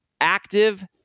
active